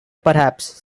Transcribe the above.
perhaps